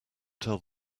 tell